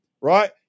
right